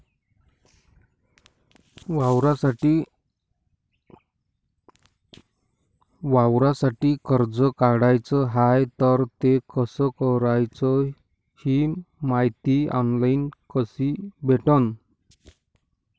वावरासाठी कर्ज काढाचं हाय तर ते कस कराच ही मायती ऑनलाईन कसी भेटन?